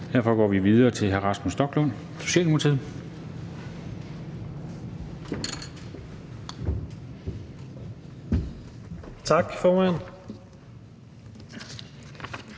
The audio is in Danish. derfor går vi videre til hr. Rasmus Stoklund, Socialdemokratiet. Kl.